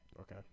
Okay